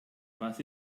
was